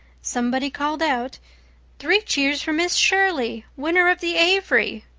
somebody called out three cheers for miss shirley, winner of the avery!